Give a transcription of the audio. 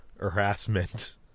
harassment